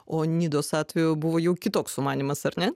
o nidos atveju buvo jau kitoks sumanymas ar ne